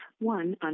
one